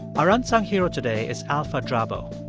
our unsung hero today is alfa jabo.